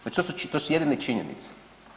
Znači to su jedine činjenice.